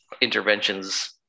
interventions